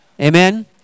Amen